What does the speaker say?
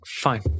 fine